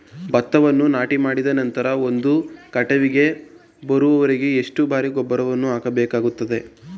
ಭತ್ತವನ್ನು ನಾಟಿಮಾಡಿದ ನಂತರ ಅದು ಕಟಾವಿಗೆ ಬರುವವರೆಗೆ ಎಷ್ಟು ಬಾರಿ ಗೊಬ್ಬರವನ್ನು ಹಾಕಬೇಕಾಗುತ್ತದೆ?